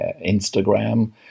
Instagram